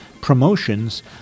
promotions